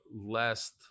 last